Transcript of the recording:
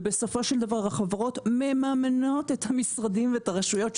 ובסופו של דבר החברות מממנות את המשרדים ואת הרשויות.